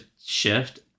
shift